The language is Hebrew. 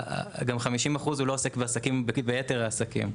50% לא עוסק גם ביתר העסקים.